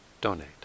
donate